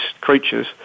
creatures